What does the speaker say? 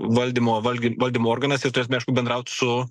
valdymo valgy valdymo organas ir turės aišku bendraut su